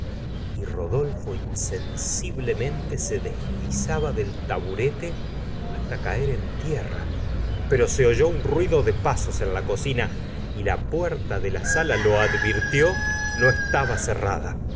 y rodolfo insensiblemente se deslizaba del taburete hasta caer en tierra pero se oyó ruido de pasos en gustavo flaubmit la cocina y la puerta de la sala lo advirtió no estaba cerrada